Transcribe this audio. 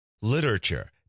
literature